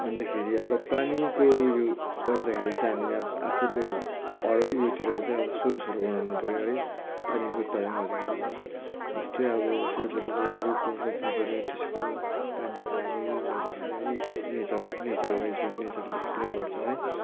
अन्तखेरि अब पानीको उयो पर्दाखेरि चाहिँ हामी अब आफूले अरू उयोतिर चाहिँ अब सोर्सहरू बनाउनुपर्यो है पानीको उत्पादन गर्दाखेरि चाहिँ जस्तै अब सुटहरू भयो रुखहरू रोप्नुपर्यो त्यसको पानीको लागि उयो गर्दाखेरि चाहिँ है नेचर नेचर वाइज पनि नेचरले प्रेम गर्छ है